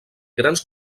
grans